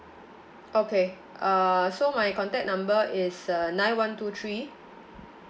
okay uh so my contact number is uh nine one two three